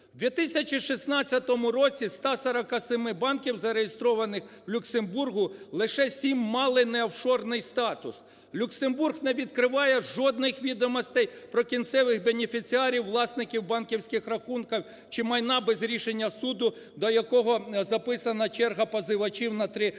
В 2016 році з 147 банків зареєстрованих в Люксембургу, лише 7 мали не офшорний статус. Люксембург не відкриває жодних відомостей про кінцевих бенефіціарів власників банківських рахунків чи майна без рішення суду, до якого записана черга позивачів на три роки